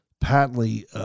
patently